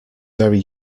very